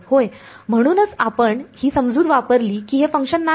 होय म्हणूनच आपण ही समजूत वापरली की हे फंक्शन नाही